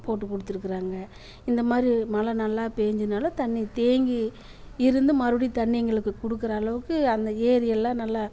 போட்டு கொடுத்துருக்காங்க இந்த மாதிரி மழை நல்லா பெஞ்சதுனால் தண்ணி தேங்கி இருந்து மறுபடியும் தண்ணி எங்களுக்கு கொடுக்குற அளவுக்கு அந்த ஏரியெல்லாம் நல்லா